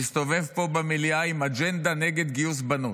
הסתובב פה במליאה עם אג'נדה נגד גיוס בנות,